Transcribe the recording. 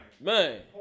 man